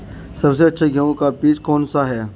सबसे अच्छा गेहूँ का बीज कौन सा है?